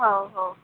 ହଉ ହଉ